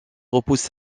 repousse